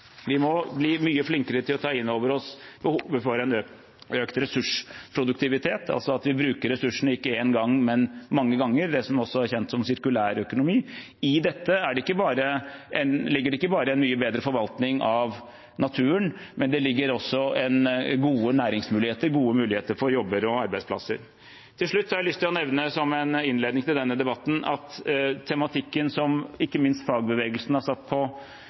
Vi må bli mye flinkere til å ta inn over oss behovet for en økt ressursproduktivitet, altså at vi bruker ressursene ikke én gang, men mange ganger – det som også er kjent som sirkulærøkonomi. I dette ligger det ikke bare en mye bedre forvaltning av naturen, men det ligger også gode næringsmuligheter, gode muligheter for jobber og arbeidsplasser. Til slutt har jeg lyst til å nevne som en innledning til denne debatten at tematikken om rettferdig omstilling, som ikke minst fagbevegelsen har satt på